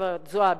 גברת זועבי.